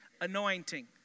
anointing